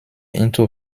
into